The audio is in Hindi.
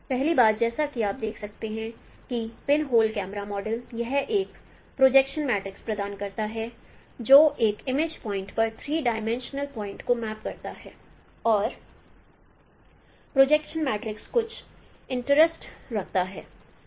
पहली बात जैसा कि आप देख सकते हैं कि पिनहोल कैमरा मॉडल यह एक प्रोजेक्शन मैट्रिक्स प्रदान करता है जो एक इमेज पॉइंट पर थ्री डायमेंशनल पॉइंट को मैप करता है और प्रोजेक्शन मैट्रिक्स कुछ इंटरेस्ट रखता है